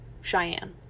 cheyenne